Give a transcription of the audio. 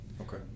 Okay